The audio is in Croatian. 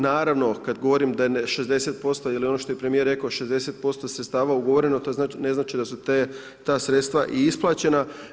Naravno kada govorim da je 60% ili ono što je premijer rekao 60% sredstava ugovoreno to ne znači da su ta sredstva i isplaćena.